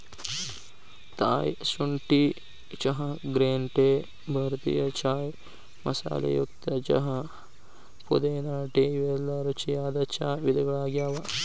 Thai ಶುಂಠಿ ಚಹಾ, green tea, ಭಾರತೇಯ ಚಾಯ್ ಮಸಾಲೆಯುಕ್ತ ಚಹಾ, ಪುದೇನಾ ಟೇ ಇವೆಲ್ಲ ರುಚಿಯಾದ ಚಾ ವಿಧಗಳಗ್ಯಾವ